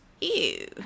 Ew